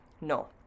No